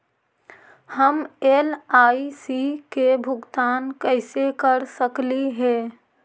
हम एल.आई.सी के भुगतान कैसे कर सकली हे?